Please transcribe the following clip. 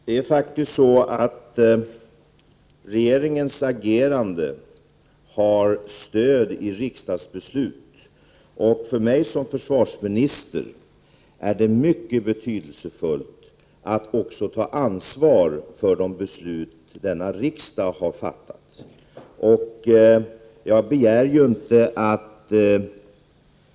Herr talman! Regeringens agerande har stöd i riksdagsbeslut, och för mig som försvarsminister är det mycket betydelsefullt att också ta ansvar för de beslut denna riksdag har fattat.